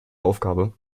aufgabe